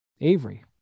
Avery